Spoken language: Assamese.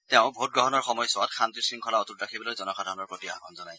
তেওঁ ভোটগ্ৰহণৰ সময়ছোৱাত শান্তি শংখলা অটুট ৰাখিবলৈ জনসাধাৰণৰ প্ৰতি আহ্বান জনায়